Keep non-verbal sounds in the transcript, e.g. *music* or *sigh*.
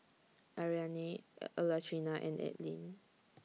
Ariane *hesitation* Latrina and Adline